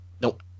Nope